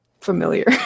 familiar